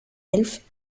elfes